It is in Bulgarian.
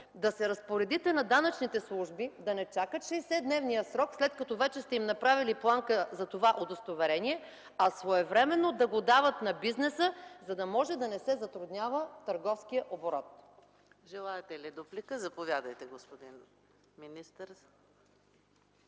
да се разпоредите към данъчните служби да не чакат 60-дневния срок, след като вече са им направили бланка за това удостоверение, а своевременно да го дават на бизнеса, за да не се затруднява търговският оборот.